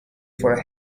for